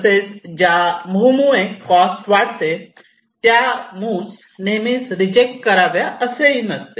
तसेच ज्या मूव्ह मुळे कॉस्ट वाढते त्या मूव्ह नेहमीच रिजेक्ट कराव्या असेही नसते